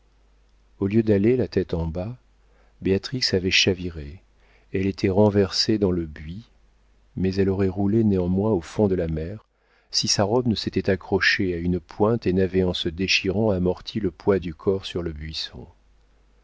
au lieu d'aller la tête en bas béatrix avait chaviré elle était renversée dans le buis mais elle aurait roulé néanmoins au fond de la mer si sa robe ne s'était accrochée à une pointe et n'avait en se déchirant amorti le poids du corps sur le buisson